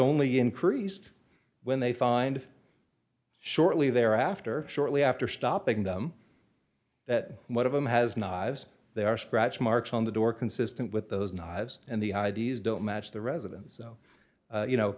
only increased when they find shortly thereafter shortly after stopping them that one of them has knobs they are scratch marks on the door consistent with those knives and the i d s don't match the residence so you know